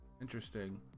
interesting